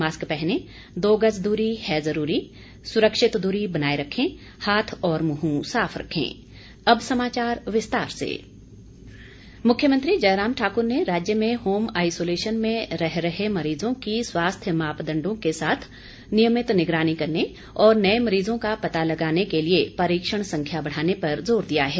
mask पहनें दो गज दूरी है जरूरी सुरक्षित दूरी बनाये रखें हाथ और मुंह साफ रखें मुरव्यमंत्री मुख्यमंत्री जयराम ठाक्र ने राज्य में होम आईसोलेशन में रह रहे मरीजों की स्वास्थ्य मापदंडों के साथ नियमित निगरानी करने और नये मरीजों का पता लगाने के लिए परीक्षण संख्या बढ़ाने पर जोर दिया हैं